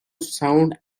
sound